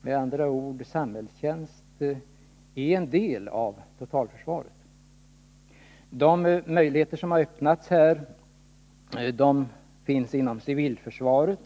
Med andra ord: samhällstjänst är en del av totalförsvaret. Möjligheter till vapenfri tjänst finns t.ex. inom civilförsvaret.